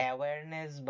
Awareness